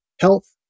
Health